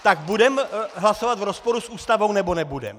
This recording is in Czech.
Tak budeme hlasovat v rozporu s Ústavou, nebo nebudeme?